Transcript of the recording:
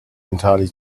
entirely